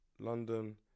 London